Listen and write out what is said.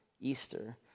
Easter